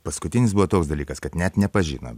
paskutinis buvo toks dalykas kad net nepažino